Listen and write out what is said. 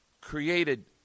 created